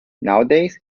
nowadays